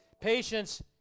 Patience